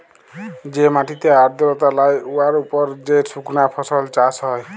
যে মাটিতে আর্দ্রতা লাই উয়ার উপর যে সুকনা ফসল চাষ হ্যয়